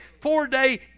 four-day